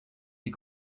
die